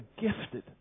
gifted